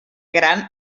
gran